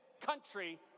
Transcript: country